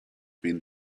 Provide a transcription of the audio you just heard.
been